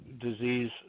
disease